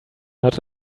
not